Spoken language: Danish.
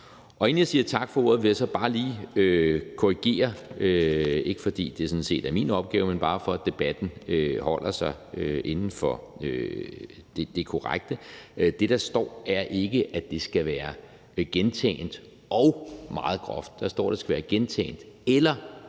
Inden jeg siger tak for ordet, vil jeg så bare lige korrigere noget, ikke fordi det sådan set er min opgave, men bare for at debatten holder sig inden for det korrekte. Det, der står, er ikke, at det skal være gentagent og meget groft. Der står, det skal være gentagent eller groft.